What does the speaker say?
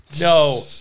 No